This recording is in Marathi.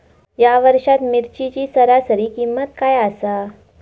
या वर्षात मिरचीची सरासरी किंमत काय आसा?